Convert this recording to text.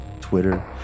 Twitter